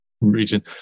region